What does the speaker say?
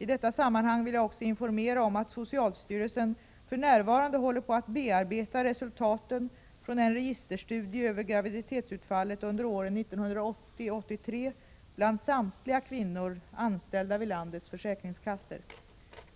I detta sammanhang vill jag också informera om att socialstyrelsen för närvarande håller på att bearbeta resultaten från en registerstudie över graviditetsutfallet under åren 1980-1983 bland samtliga kvinnor anställda vid landets försäkringskassor.